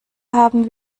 haben